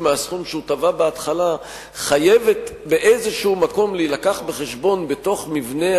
מהסכום שהוא תבע בהתחלה חייבת באיזשהו מקום להילקח בחשבון בתוך מבנה